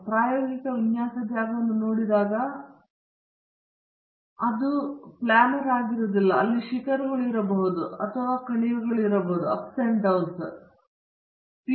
ನೀವು ಪ್ರಾಯೋಗಿಕ ವಿನ್ಯಾಸ ಜಾಗವನ್ನು ನೋಡಿದಾಗ ಅದು ಇನ್ನು ಮುಂದೆ ಪ್ಲ್ಯಾನರ್ ಆಗಿಲ್ಲ ಆದರೆ ಅದು ಶಿಖರಗಳು ಇರಬಹುದು ಮತ್ತುಅಥವಾ ಕಣಿವೆಗಳಿಂದ ಗುರುತಿಸಲಾಗಿದೆ